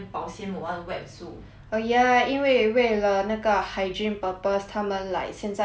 oh ya 因为为了那个 hygiene purpose 他们 like 现在是不给 tester 的 mah